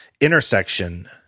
intersection